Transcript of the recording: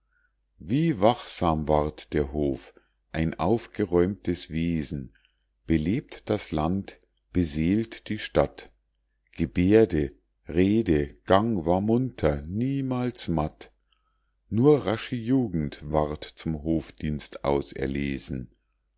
wie wachsam ward der hof ein aufgeräumtes wesen belebt das land beseelt die stadt geberde rede gang war munter niemals matt nur rasche jugend ward zum hofdienst auserlesen